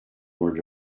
word